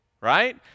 right